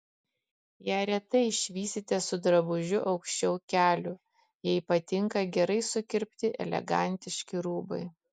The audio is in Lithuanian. ją retai išvysite su drabužiu aukščiau kelių jai patinka gerai sukirpti elegantiški rūbai